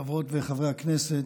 חברות וחברי הכנסת,